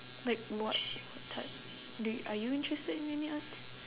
like what what type do y~ are you interested in any arts